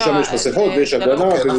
כי שם יש מסכות ויש הגנה ויודעים לטפל.